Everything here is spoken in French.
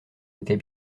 était